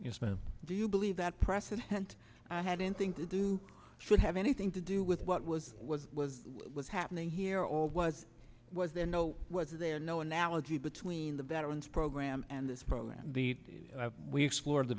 yes ma'am do you believe that president i had anything to do should have anything to do with what was was was was happening here or was was there no was there no analogy between the veterans program and this program need that we explored the